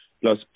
plus